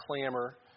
clamor